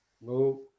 No